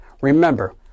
Remember